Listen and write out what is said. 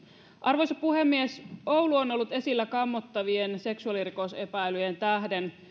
arvoisa puhemies oulu on on ollut esillä kammottavien seksuaalirikosepäilyjen tähden